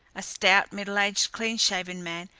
a stout, middle-aged, clean-shaven man,